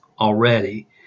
already